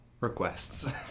Requests